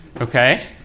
Okay